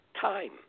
time